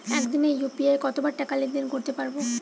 একদিনে ইউ.পি.আই কতবার টাকা লেনদেন করতে পারব?